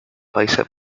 países